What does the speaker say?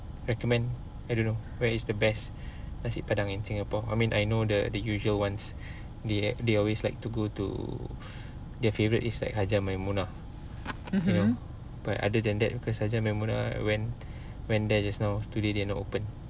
recommend I don't know where is the best nasi padang in singapore I mean I know the the usual ones they have they always like to go to their favourite is like hajjah maimunah you know but other than that cause hajjah maimunah I went went there just now today they're not open